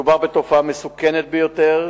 מדובר בתופעה מסוכנת ביותר,